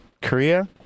Korea